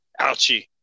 Ouchie